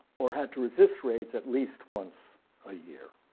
or had to resist raids at least once a year.